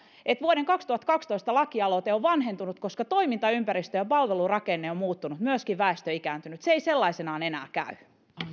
että vuoden kaksituhattakaksitoista lakialoite on vanhentunut koska toimintaympäristö ja palvelurakenne on muuttunut ja myöskin väestö ikääntynyt se ei sellaisenaan enää käy